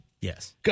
Yes